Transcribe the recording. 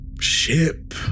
ship